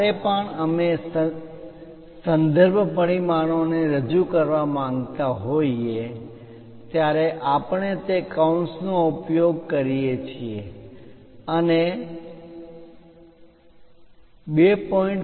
જ્યારે પણ અમે સંદર્ભ પરિમાણોને રજૂ કરવા માંગતા હોઈએ ત્યારે આપણે તે કૌંસનો ઉપયોગ કરીએ છીએ અને 2